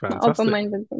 open-minded